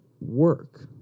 work